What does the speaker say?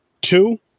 Two